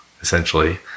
essentially